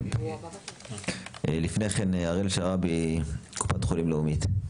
אבל לפני כן הראל שרעבי, קופת חולים לאומית.